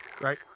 Right